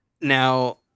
Now